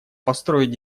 построить